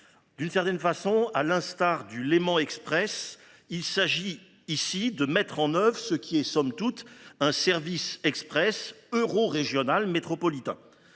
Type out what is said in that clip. nord de Thionville. À l’instar du Léman Express, il s’agit ici de mettre en place ce qui est, somme toute, un service express euro régional métropolitain.